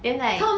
then like